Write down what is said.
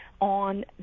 on